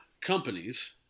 companies